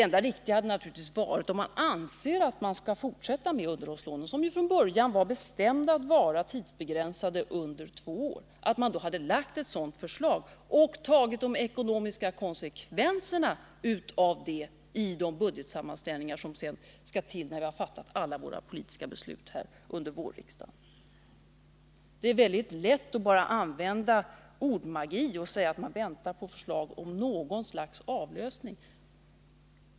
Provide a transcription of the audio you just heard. Om man anser att vi skall fortsätta med underhållslånen — som från början var bestämda att vara tidsbegränsade till två år — hade naturligtvis det enda riktiga varit att man framlagt ett förslag om det och tagit de ekonomiska konsekvenserna av det i de budgetsammanställningar som görs när vi har fattat alla våra politiska beslut under våren. Det är lätt att använda ordmagi och säga att man väntar på förslag om något slags avlösning.